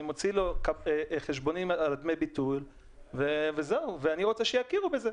אני מוציא לו חשבונית על דמי ביטול ואני רוצה שיכירו בזה.